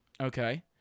Okay